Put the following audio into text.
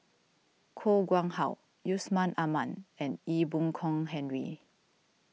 Koh Nguang How Yusman Aman and Ee Boon Kong Henry